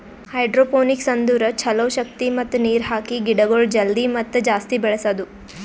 hydroponics ಅಂದುರ್ ಛಲೋ ಶಕ್ತಿ ಮತ್ತ ನೀರ್ ಹಾಕಿ ಗಿಡಗೊಳ್ ಜಲ್ದಿ ಮತ್ತ ಜಾಸ್ತಿ ಬೆಳೆಸದು